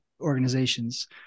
organizations